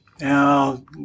Now